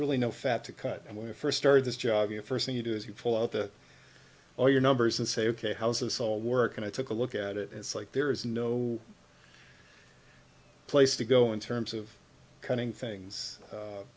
really no fat to cut and when i first started this job your first thing you do is you pull out the all your numbers and say ok how's this all work and i took a look at it as like there is no place to go in terms of cutting things